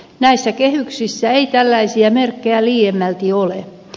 näissä kehyksissä ei tällaisia merkkejä liiemmälti ole